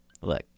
Look